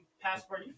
passport